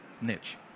niche